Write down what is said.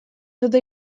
dute